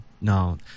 no